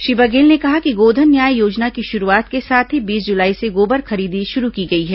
श्री बघेल ने कहा कि गोधन न्याय योजना की शुरूआत के साथ ही बीस जुलाई से गोबर खरीदी शुरू की गई है